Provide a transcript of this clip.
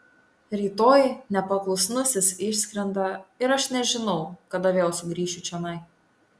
rytoj nepaklusnusis išskrenda ir aš nežinau kada vėl sugrįšiu čionai